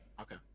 Okay